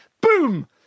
boom